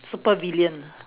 supervillain